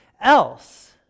else